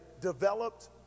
developed